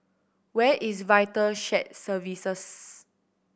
where is Vital Shared Services